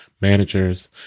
managers